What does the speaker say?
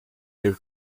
their